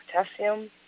potassium